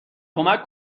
کمک